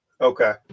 Okay